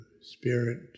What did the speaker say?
spirit